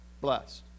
blessed